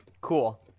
Cool